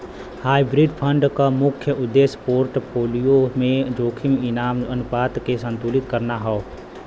hybrid fund क मुख्य उद्देश्य पोर्टफोलियो में जोखिम इनाम अनुपात के संतुलित करना हौ